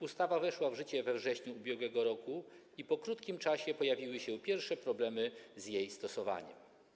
Ustawa weszła w życie we wrześniu ub.r. i po krótkim czasie pojawiły się pierwsze problemy z jej stosowaniem.